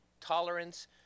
tolerance